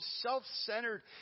self-centered